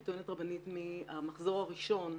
כטוענת רבנית מהמחזור הראשון,